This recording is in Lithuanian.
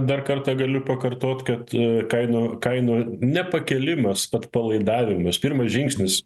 dar kartą galiu pakartot kad kainų kainų nepakėlimas atpalaidavimas pirmas žingsnis